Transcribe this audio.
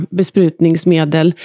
besprutningsmedel